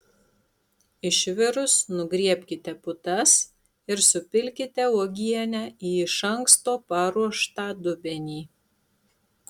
išvirus nugriebkite putas ir supilkite uogienę į iš anksto paruoštą dubenį